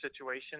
situation